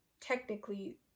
technically